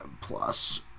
plus